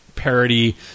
Parody